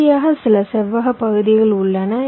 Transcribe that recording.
இறுதியாக சில செவ்வக பகுதிகள் உள்ளன